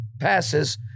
passes